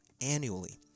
annually